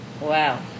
Wow